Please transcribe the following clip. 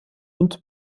und